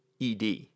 ED